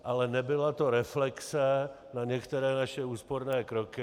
Ale nebyla to reflexe na některé naše úsporné kroky.